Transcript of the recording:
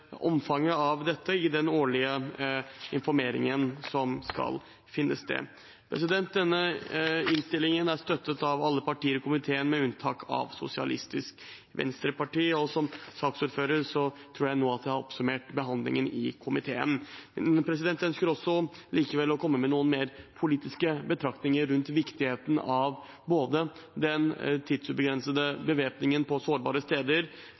omfanget av dette i den årlige informeringen som skal finne sted. Denne innstillingen er støttet av alle partier i komiteen, med unntak av SV. Som saksordfører tror jeg nå at jeg har oppsummert behandlingen i komiteen. Jeg ønsker likevel å komme med noen mer politiske betraktninger rundt viktigheten av både den tidsubegrensede bevæpningen på sårbare steder,